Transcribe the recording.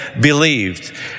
believed